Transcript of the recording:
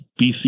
BC